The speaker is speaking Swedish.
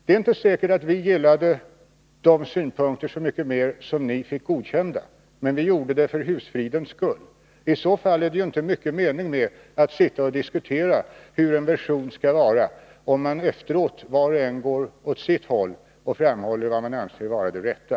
Det är inte säkert att vi i så mycket större utsträckning gillade de synpunkter som ni fick godkända, men vi godtog dem för husfridens skull. Det är ju inte mycket mening med att sitta och diskutera hur en version skall utformas, om var och en efteråt går åt sitt håll och framhåller vad man anser vara det rätta.